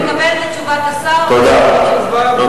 אני מקבלת את תשובת השר, ומורידה את זה מסדר-היום.